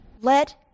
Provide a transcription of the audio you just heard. Let